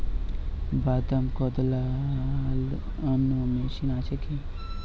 বাদাম কদলানো মেশিন আছেকি?